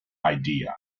idea